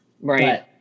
right